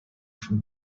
from